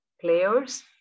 players